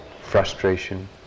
frustration